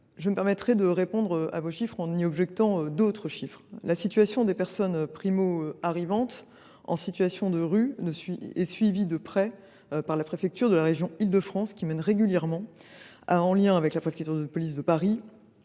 Je me permettrai d’opposer d’autres chiffres à ceux que vous avez cités. La situation des personnes primo arrivantes en situation de rue est suivie de près par la préfecture de la région Île de France, qui mène régulièrement, en lien avec la préfecture de police de Paris,